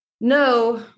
No